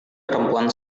perempuan